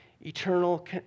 eternal